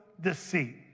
deceit